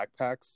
backpacks